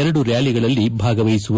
ಎರಡು ರ್ನಾಲಿಗಳಲ್ಲಿ ಭಾಗವಹಿಸುವರು